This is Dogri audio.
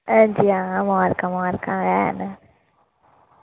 अंजी मालका मालका हैन न